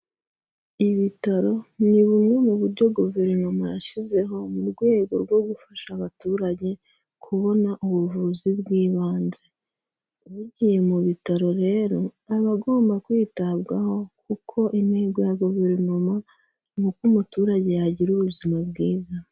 Ibitaro ni bumwe mu buryo guverinoma yashyizeho mu rwego rwo gufasha abaturage kubona ubuvuzi bw'ibanze, ugiye mu bitaro rero aba agomba kwitabwaho kuko intego ya guverinoma ni uko umuturage yagira ubuzima bwiza.